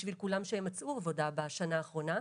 בשביל כולם שהם מצאו עבודה בשנה האחרונה.